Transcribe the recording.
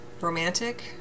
romantic